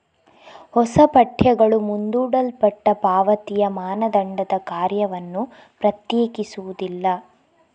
ಹೊಸ ಪಠ್ಯಗಳು ಮುಂದೂಡಲ್ಪಟ್ಟ ಪಾವತಿಯ ಮಾನದಂಡದ ಕಾರ್ಯವನ್ನು ಪ್ರತ್ಯೇಕಿಸುವುದಿಲ್ಲ